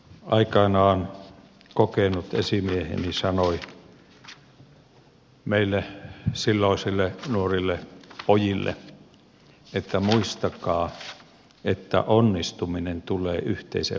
aikoinaan kokenut esimieheni sanoi meille silloisille nuorille pojille että muistakaa että onnistuminen tulee yhteisen onnistumisen kautta